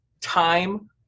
time